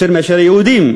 יותר מאשר יהודים,